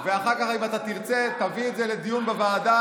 ואחר כך, אם אתה תרצה, תביא את זה לדיון בוועדה.